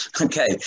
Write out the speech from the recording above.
okay